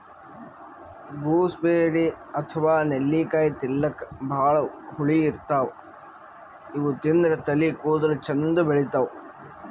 gooseberry ಅಥವಾ ನೆಲ್ಲಿಕಾಯಿ ತಿಲ್ಲಕ್ ಭಾಳ್ ಹುಳಿ ಇರ್ತವ್ ಇವ್ ತಿಂದ್ರ್ ತಲಿ ಕೂದಲ ಚಂದ್ ಬೆಳಿತಾವ್